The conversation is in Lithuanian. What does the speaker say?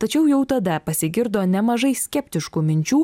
tačiau jau tada pasigirdo nemažai skeptiškų minčių